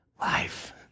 Life